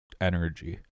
energy